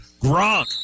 Gronk